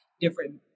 different